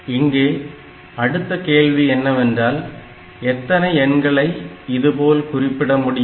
இங்கே அடுத்த கேள்வி என்னவென்றால் எத்தனை எண்களை இதுபோல குறிப்பிட முடியும்